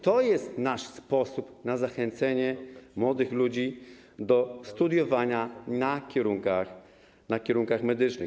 To jest nasz sposób na zachęcenie młodych ludzi do studiowania na kierunkach medycznych.